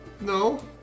No